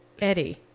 Eddie